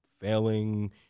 failing